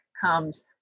comes